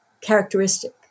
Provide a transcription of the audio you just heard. characteristic